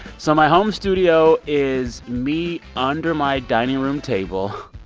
so my home studio is me under my dining room table,